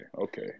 Okay